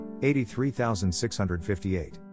83658